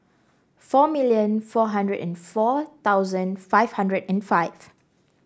four million four hundred and four thousand five hundred and five